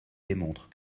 démontre